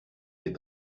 fait